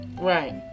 Right